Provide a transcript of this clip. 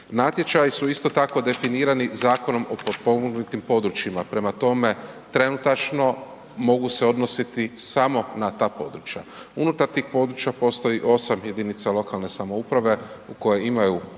Natječaji su isto tako definirani Zakonom o potpomognutim područjima prema tome, trenutačno mogu se odnositi samo na ta područja. Unutar tih područja postoji 8 jedinica lokalne samouprave u kojima imaju